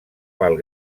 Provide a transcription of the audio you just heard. pel